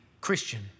Christian